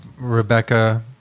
Rebecca